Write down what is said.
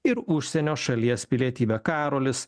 ir užsienio šalies pilietybę karolis